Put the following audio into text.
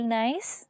nice